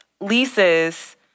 leases